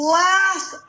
last